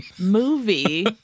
movie